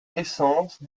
essence